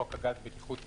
חוק הגז (בטיחות ורישוי),